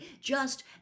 just